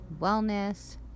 wellness